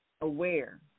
aware